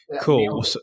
Cool